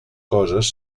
coses